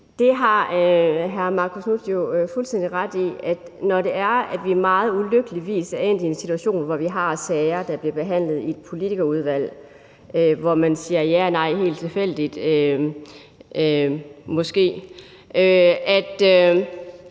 Knuth har jo fuldstændig ret i, at når vi ulykkeligvis er endt i en situation, hvor vi har sager, der bliver behandlet i et politikerudvalg, hvor man måske siger ja eller nej helt tilfældigt, så